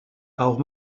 auch